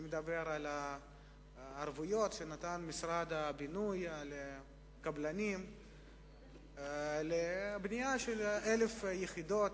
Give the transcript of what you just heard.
אני מדבר על הערבויות שנתן משרד הבינוי לקבלנים לבנייה של 1,000 יחידות,